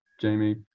jamie